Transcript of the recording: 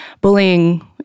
Bullying